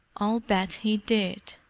i'll bet he did.